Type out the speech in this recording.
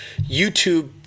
YouTube